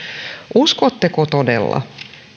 uskotteko todella